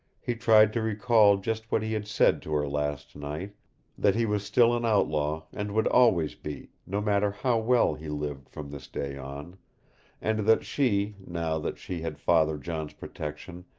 he tried to recall just what he had said to her last night that he was still an outlaw, and would always be, no matter how well he lived from this day on and that she, now that she had father john's protection,